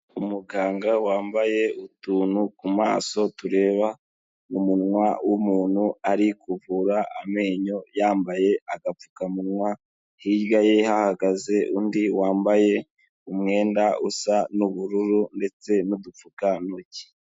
Umuganga wambaye utuntu ku maso tureba m'umunwa w'umuntu ari kuvura amenyo yambaye agapfukamunwa, hirya ye hahagaze undi wambaye umwenda usa n'ubururu ndetse nu'dupfukantoki.